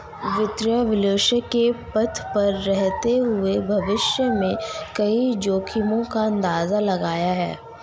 वित्तीय विश्लेषक के पद पर रहते हुए भविष्य में कई जोखिमो का अंदाज़ा लगाया है